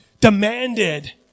demanded